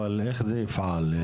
אבל איך זה יופעל?